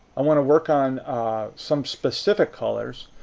um want to work on some specific colors,